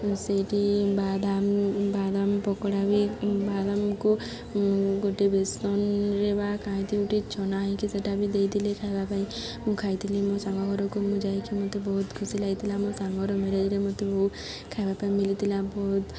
ସେଇଠି ବାଦାମ ବାଦାମ ପକୋଡ଼ା ବି ବାଦାମକୁ ଗୋଟେ ବେସନରେ ବା କାହିଁତିି ଗୋଟେ ଛଣା ହୋଇକି ସେଇଟା ବି ଦେଇଥିଲେ ଖାଇବା ପାଇଁ ମୁଁ ଖାଇଥିଲି ମୋ ସାଙ୍ଗ ଘରକୁ ମୁଁ ଯାଇକି ମୋତେ ବହୁତ ଖୁସି ଲାଗିଥିଲା ମୋ ସାଙ୍ଗର ମେରେଜ୍ରେ ମୋତେ ବ ଖାଇବା ପାଇଁ ମିଳିଥିଲା ବହୁତ